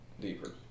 deeper